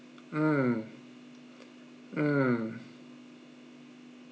mm mm